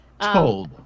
Told